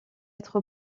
être